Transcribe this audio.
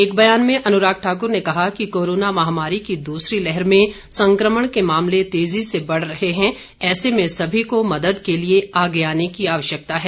एक बयान में अनुराग ठाकुर ने कहा कि कोरोना महामारी की दूसरी लहर में संकमण के मामले तेजी से बढ़ रहे हैं ऐसे में सभी को मदद के लिए आगे आने की आवश्यकता है